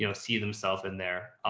you know see themselves in there.